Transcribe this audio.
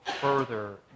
further